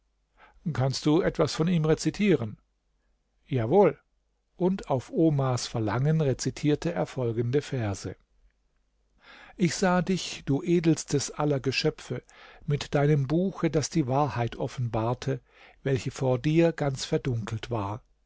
kannst du etwas von ihm rezitieren ja wohl und auf omars verlangen rezitierte er folgende verse ich sah dich du edelstes aller geschöpfe mit deinem buche das die wahrheit offenbarte welche vor dir ganz verdunkelt war